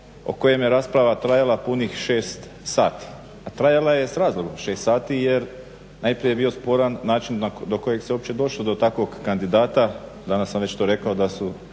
o kojem je rasprava trajala punih 6 sati. A trajala je s razlogom 6 sati jer najprije je bio sporan način do kojeg se uopće došlo do takvog kandidata, danas sam već to rekao da su